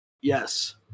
Yes